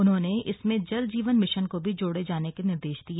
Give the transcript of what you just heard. उन्होंने इसमें जल जीवन मिशन को भी जोड़े जाने के निर्देश दिए